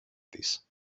της